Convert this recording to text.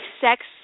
sex